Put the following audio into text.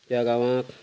त्या गांवाक